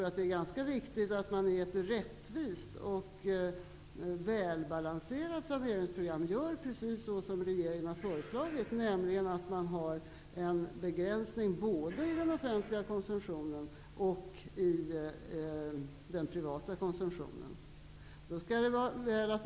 Det är viktigt att i ett rättvist och välbalanserat saneringsprogram göra precis så som regeringen har föreslagit, nämligen en begränsning både i den offentliga och i den privata konsumtionen.